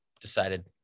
decided